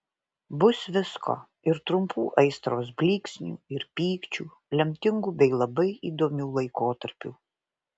bus visko ir trumpų aistros blyksnių ir pykčių lemtingų bei labai įdomių laikotarpių